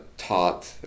taught